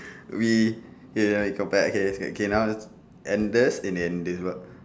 we K now you come back okay K now Andes in this what